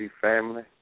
family